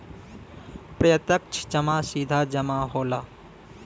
प्रत्यक्ष जमा सीधा जमा होला